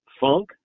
funk